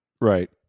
Right